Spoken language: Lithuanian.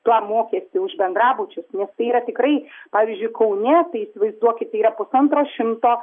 tą mokestį už bendrabučius nes tai yra tikrai pavyzdžiui kaune tai įsivaizduokit yra pusantro šimto